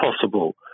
possible